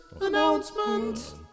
Announcement